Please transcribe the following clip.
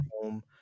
home